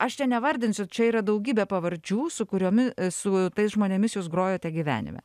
aš čia nevardinsiu čia yra daugybė pavardžių su kuriomi su tais žmonėmis jūs grojote gyvenime